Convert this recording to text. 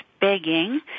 begging